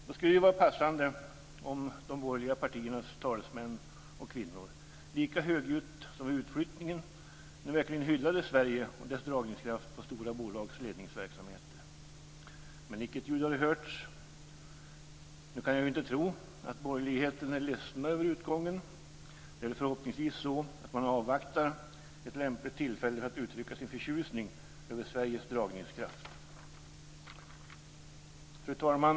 Det skulle vara passande om de borgerliga partiernas talesmän och kvinnor lika högljutt som vid utflyttningen nu verkligen hyllade Sverige och dess dragningskraft på stora bolags ledningsverksamheter. Men icke ett ljud har hörts. Jag kan inte tro att man inom borgerligheten är ledsen över utgången. Förhoppningsvis avvaktar man ett lämpligt tillfälle för att uttrycka sin förtjusning över Sveriges dragningskraft. Fru talman!